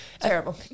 Terrible